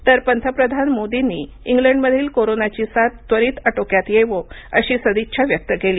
तर पंतप्रधान मोदींनी इंग्लंडमधील कोरोनाची साथ त्वरित अटोक्यात येवो अशी सदिच्छा व्यक्त केली